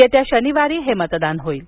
येत्या शनिवारी हे मतदान होईल